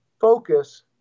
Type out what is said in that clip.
focus